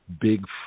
big